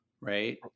right